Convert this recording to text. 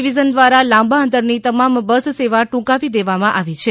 division દ્વારા લાંબા અંતર ની તમામ બસ સેવા ટ્રંકાવી દેવામાં આવી છે